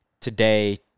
today